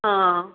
હા